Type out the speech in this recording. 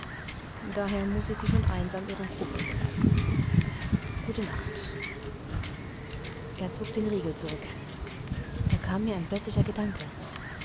daher muß ich sie schon einsam ihrem kummer überlassen gute nacht er zog den riegel zurück da kam mir ein plötzlicher gedanke